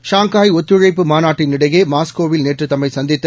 Shanghai ஒத்துழைப்பு மாநாட்டினிடையே மாஸ்கோவில் நேற்று தம்மை சந்தித்த